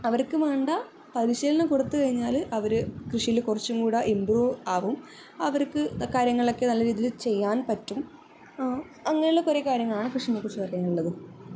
അവർക്ക് വേണ്ട പരിശീലനം കൊടുത്ത് കഴിഞ്ഞാൽ അവർ കൃഷിയിൽ കുറച്ചും കൂടെ ഇമ്പ്രൂവ് ആവും അവർക്ക് കാര്യങ്ങളൊക്കെ നല്ല രീതിയിൽ ചെയ്യാൻ പറ്റും അങ്ങനെയുള്ള കുറേ കാര്യങ്ങളാണ് കൃഷീനെക്കുറിച്ച് പറയാനുള്ളതും